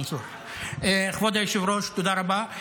כבוד היושב-ראש, תודה רבה.